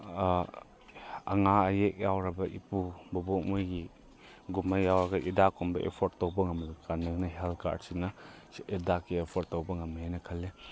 ꯑꯅꯥ ꯑꯌꯦꯛ ꯌꯥꯎꯔꯕ ꯏꯄꯨ ꯕꯣꯕꯣꯛ ꯃꯣꯏꯒꯤ ꯒꯨꯝꯕ ꯌꯥꯎꯔꯒ ꯍꯤꯗꯥꯛ ꯀꯨꯝꯕ ꯑꯩꯐꯣꯔꯗ ꯇꯧꯕ ꯉꯝꯕꯗꯣ ꯀꯥꯟꯅꯒꯅꯤ ꯍꯦꯜꯠ ꯀꯥꯔꯗꯁꯤꯅ ꯁꯤ ꯍꯤꯗꯥꯛꯀꯤ ꯑꯦꯐꯣꯔꯗ ꯇꯧꯕ ꯉꯝꯏ ꯍꯥꯏꯅ ꯈꯜꯂꯤ